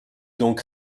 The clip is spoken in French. donc